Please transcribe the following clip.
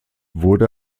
wurde